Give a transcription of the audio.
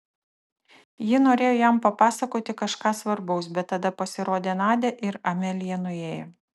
ji norėjo jam papasakoti kažką svarbaus bet tada pasirodė nadia ir amelija nuėjo